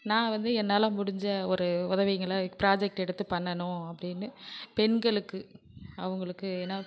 நான் வந்து என்னால் முடிஞ்ச ஒரு உதவிங்கள ப்ராஜெக்ட் எடுத்து பண்ணணும் அப்படின்னு பெண்களுக்கு அவங்களுக்கு ஏனா